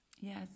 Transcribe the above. Yes